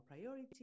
priority